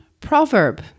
proverb